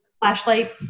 Flashlight